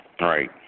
Right